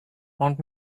want